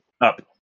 Up